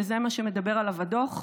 ועל זה מדבר הדוח,